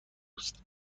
است